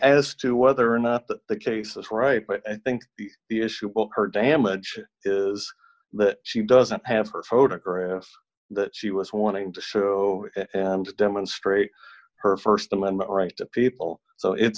as to whether or not the case that's right but i think the issue will hurt damage is that she doesn't have her photograph that she was wanting to show and demonstrate her st amendment right to people so if